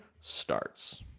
starts